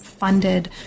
funded